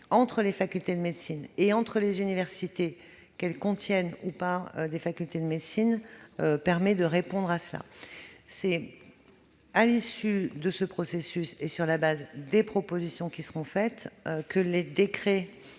entre les facultés de médecine et les universités, qu'elles contiennent ou pas des facultés de médecine, permet de répondre à cet objectif. C'est à l'issue de ce processus et sur la base des propositions qui seront formulées que seront